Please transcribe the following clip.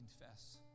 confess